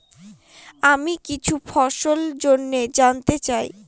আমি কিছু ফসল জন্য জানতে চাই